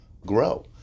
grow